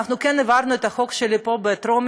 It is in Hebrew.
אנחנו העברנו את החוק שלי פה בטרומית,